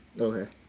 okay